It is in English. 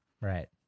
right